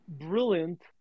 brilliant